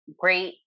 great